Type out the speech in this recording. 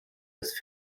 des